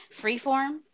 Freeform